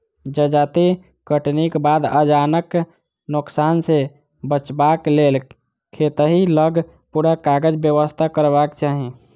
जजाति कटनीक बाद अनाजक नोकसान सॅ बचबाक लेल खेतहि लग पूरा काजक व्यवस्था करबाक चाही